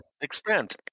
Expand